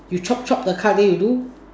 you chop chop the cards then you do